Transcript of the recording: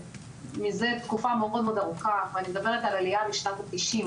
מזה תקופה מאוד מאוד ארוכה ואני מדברת על עלייה משנות ה-90,